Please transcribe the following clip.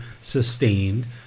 sustained